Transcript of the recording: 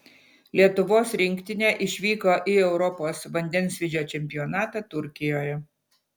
lietuvos rinktinė išvyko į europos vandensvydžio čempionatą turkijoje